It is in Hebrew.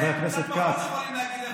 חבר הכנסת כץ,